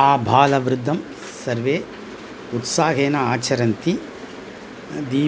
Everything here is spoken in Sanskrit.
आबालवृद्धं सर्वे उत्साहेन आचरन्ति दीपावली